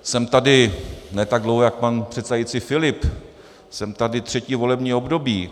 Jsem tady ne tak dlouho jak pan předsedající Filip, jsem tady třetí volební období.